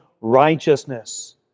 righteousness